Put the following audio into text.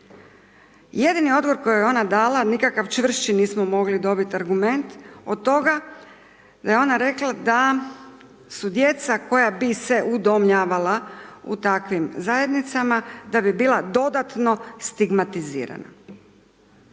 jedini odgovor koji je ona dala, nikakav čvršći nismo mogli dobiti argument od toga, da je ona rekla da su djeca koja bi se udomljavala u takvim zajednicama, da bi bila dodatno stigmatizirana.